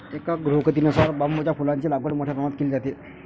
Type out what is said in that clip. एका गृहीतकानुसार बांबूच्या फुलांची लागवड मोठ्या प्रमाणावर केली जाते